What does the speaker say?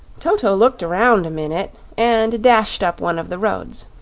toto looked around a minute and dashed up one of the roads.